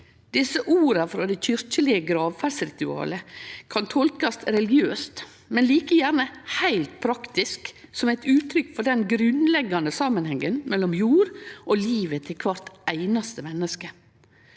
Desse orda frå det kyrkjelege gravferdsritualet kan tolkast religiøst, men like gjerne heilt praktisk som eit uttrykk for den grunnleggjande samanhengen mellom jord og livet til kvart einaste menneske.